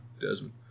Desmond